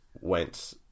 went